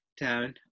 down